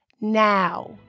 now